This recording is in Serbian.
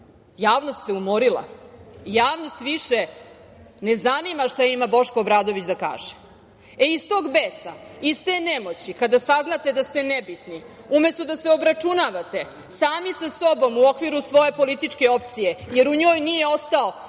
javnost se umorila. Javnost više ne zanima šta ima Boško Obradović da kaže.E, iz tog beza, iz te nemoći, kada saznate da ste nebitni umesto da se obračunavate sami sa sobom u okviru svoje političke opcije, jer u njoj nije ostao